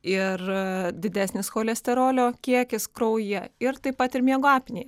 ir didesnis cholesterolio kiekis kraujyje ir taip pat ir miego apnėja